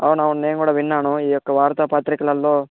అవునవును నేను కూడా విన్నాను ఈ యొక్క వార్తా పత్రికలల్లో